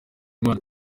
imana